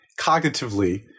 cognitively